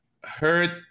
heard